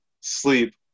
sleep